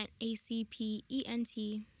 A-C-P-E-N-T